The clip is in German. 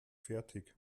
fertig